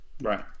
right